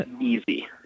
easy